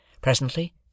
Presently